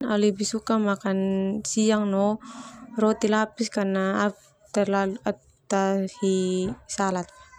Au lebih suka makan siang no roti lapis karna au taahi salad.